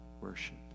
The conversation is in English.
worship